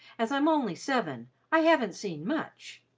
as i'm only seven, i haven't seen much.